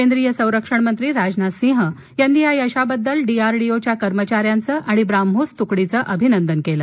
केंद्रीय संरक्षण मंत्रीराजनाथ सिंह यांनी या यशाबद्दल डीआरडीओच्या कर्मचाऱ्यांचं आणि ब्राम्होस तुकडीचं अभिनंदन केलं